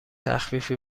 تخفیفی